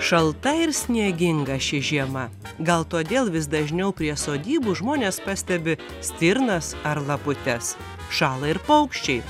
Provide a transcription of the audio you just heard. šalta ir snieginga ši žiema gal todėl vis dažniau prie sodybų žmonės pastebi stirnas ar laputes šąla ir paukščiai